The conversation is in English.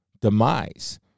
demise